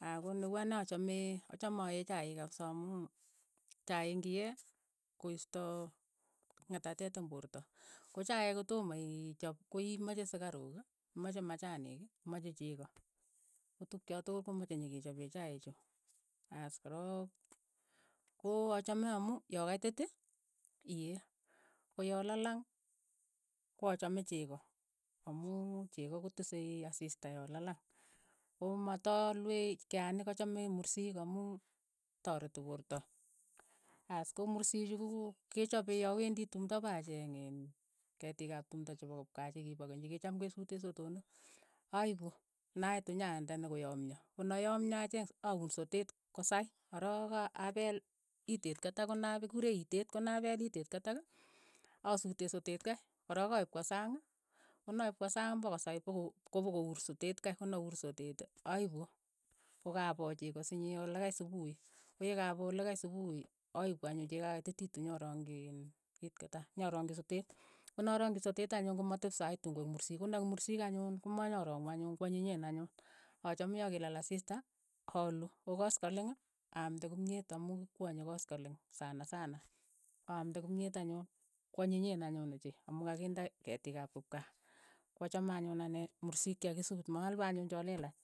Aaa ko ne uu anee achame, achame aee chaik kapisa amuu chaik ngi ee, ko istoo nget'atet ing poorto, ko chaik ko tomo iichap ko iimache sukaruk. imache machanik, imache cheko, ko tukcho tokol ko mache nyekechapee chaik chu, aas korook, ko achame amu ya kaitit. iyee. ko ya lalang, ko achame cheko, amu cheko kotisei asis'sta ya lalang. Ko matalue keanik achame mursik amu tareti poorto, as ko mursik chu ke chope ya awendi tumto pa acheeng iin ketiik ap tumto chepo kip kaa chekipokeny che kicham kesute sotonik, aipu, naitu nyandene koyamyo, ko ne yomyo ache auun sotet ko sai, korook a- apeel iteet kata konap kikure iteet konapeel itet katak, asuute sotet kei, korook aip kwa saang, ko naiip kwa sang, pokosaai, poko kopouur sotet kei. ko neuur sotet aipu, kokapoo cheko sinye olekai supuhi, koyekapoo lekai supuhi, aipu anyun chekakaititu nyorongji iin kiit katak. nyorongchi sotet, konarangchi sotet anyun komatepso akoi tun koeek mursik, konaeek mursik anyun, komanyarangu anyun kwanyinyeen anyun, achame ya kilal asiista aluu, ko koskoleng, aamte kimyet amu kikwonye koskoleng sana sana, aamte kimyet anyun, kwanyinyeen anyun ochei, amu kakinde ketiik ap kipkaa, ko achame anyun anee mursik che kakisuut, maluue anyun cha leelach.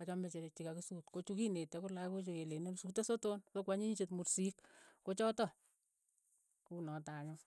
achame che- chekakisuut, ko chu kineeti akot lakochu keleini osuute soton so kwanyinyichet mursiik. ko chatok, unotok anyun.